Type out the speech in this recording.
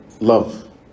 love